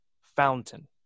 fountain